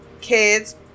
kids